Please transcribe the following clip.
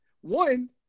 one